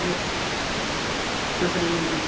तो लकड़ी लोगे